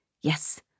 yes